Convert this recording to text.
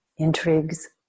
intrigues